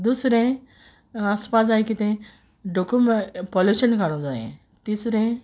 दुसरें आसपा जाय कितें डोकुमेंट पोलुशन काडपाक जाये तिसरें